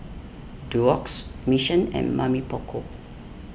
Doux Mission and Mamy Poko